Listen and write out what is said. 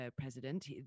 president